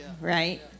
right